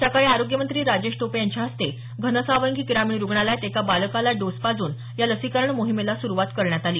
सकाळी आरोग्यमंत्री राजेश टोपे यांच्या हस्ते घनसावंगी ग्रामीण रुग्णालयात एका बालकास डोस पाजून या लसीकरण मोहिमेला सुरुवात करण्यात आली